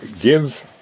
give